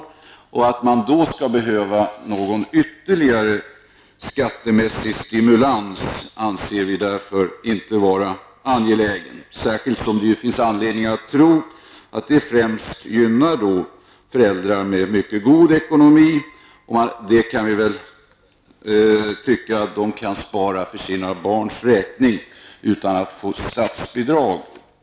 Vi anser därför att det inte är angeläget med någon ytterligare skattemässig stimulans, särskilt som det finns skäl att anta att detta främst gynnar föräldrar med mycket god ekonomi. De kan säkert spara för sina barns räkning utan att det utgår statsbidrag.